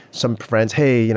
some friends, hey, you know